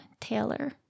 Taylor